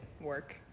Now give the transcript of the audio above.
work